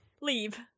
Leave